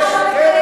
כן,